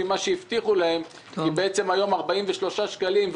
להם ממה שהבטיחו כי הם מקבלים היום 43 שקלים,